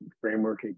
framework